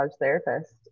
therapist